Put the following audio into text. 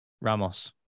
Ramos